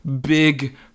Big